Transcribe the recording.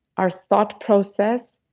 our thought process,